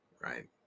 Right